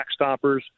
Backstoppers